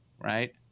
right